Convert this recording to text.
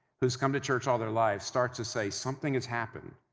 who's come to church all their life starts to say, something has happened.